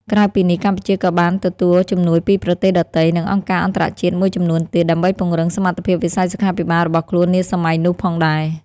ក្រៅពីនេះ កម្ពុជាក៏បានទទួលជំនួយពីប្រទេសដទៃ និងអង្គការអន្តរជាតិមួយចំនួនទៀត ដើម្បីពង្រឹងសមត្ថភាពវិស័យសុខាភិបាលរបស់ខ្លួននាសម័យនោះផងដែរ។